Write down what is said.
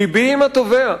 לבי עם התובע,